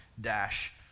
dash